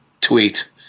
tweet